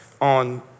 on